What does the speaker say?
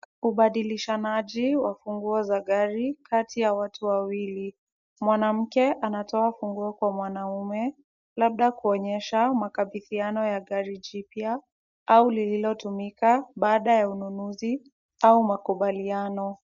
Ubadilishanaji wa funguo za gari kati ya watu wawili. Mwanamke anatoa funguo kwa mwanaume labda kuonyesha makabidhiano ya gari jipya au lililotumika baada ya ununuzi au makubaliano.